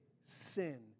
sin